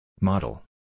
Model